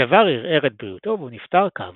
הדבר ערער את בריאותו והוא נפטר כעבור